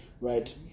right